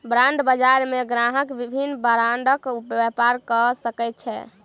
bond बजार मे ग्राहक विभिन्न बांडक व्यापार कय सकै छै